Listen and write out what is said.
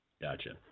Gotcha